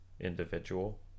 individual